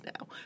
now